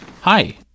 Hi